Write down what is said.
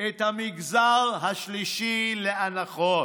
את המגזר השלישי לאנחות.